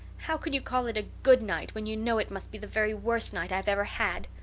how can you call it a good night when you know it must be the very worst night i've ever had?